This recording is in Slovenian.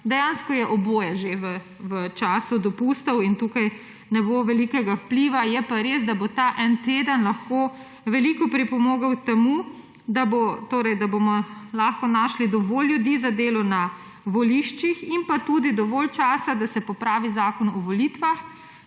dejansko je oboje že v času dopustov in tukaj ne bo velikega vpliva, je pa res, da bo ta en teden lahko veliko pripomogel k temu, da bomo lahko našli dovolj ljudi za delo na voliščih in bo tudi dovolj časa, da se popravi Zakon o volitvah,